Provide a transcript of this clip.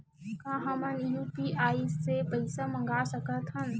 का हमन ह यू.पी.आई ले पईसा मंगा सकत हन?